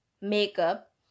makeup